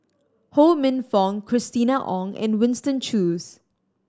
Ho Minfong Christina Ong and Winston Choos